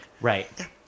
Right